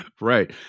Right